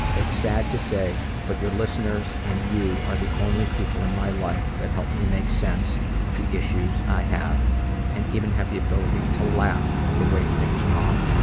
it's sad to say but your listeners and you are the only people in my life that help me make sense of the issues i have and even have the ability to laugh at the way things are.